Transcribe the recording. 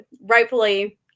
rightfully